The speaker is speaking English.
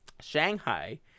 Shanghai